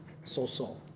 so-so